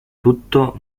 tutto